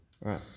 Right